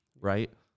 Right